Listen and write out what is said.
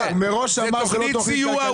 עוד מעט תגיד שעכשיו אנחנו יושבים בתכנית כלכלית.